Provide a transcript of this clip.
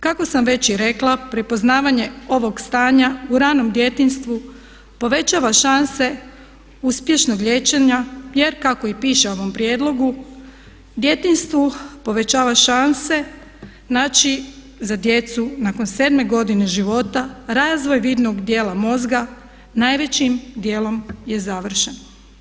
Kako sam već i rekla prepoznavanje ovog stanja u ranom djetinjstvu povećava šanse uspješnog liječenja jer kako i piše u ovom prijedlogu djetinjstvu povećava šanse, znači za djecu nakon 7 godine života, razvoj vidnog djela mozga najvećim djelom je završen.